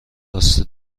راسته